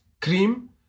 Cream